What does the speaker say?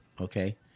Okay